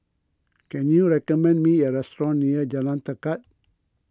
can you recommend me a restaurant near Jalan Tekad